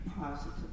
positive